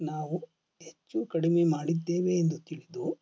ನಾವು ಹೆಚ್ಚು ಕಡಿಮೆ ಮಾಡಿದ್ದೇವೆ ಎಂದು ತಿಳಿದು